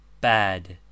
bad